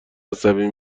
عصبی